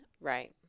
Right